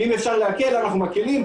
אם אפשר להקל, אנחנו מקילים.